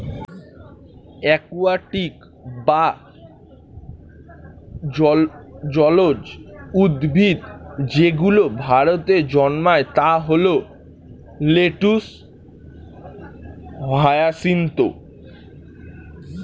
aquatic বা জলজ উদ্ভিদ যেগুলো ভারতে জন্মায় তা হল লেটুস, হায়াসিন্থ